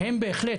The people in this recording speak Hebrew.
שהם בהחלט,